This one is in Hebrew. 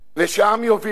ושהעם יוביל אותה.